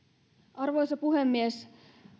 arvoisa puhemies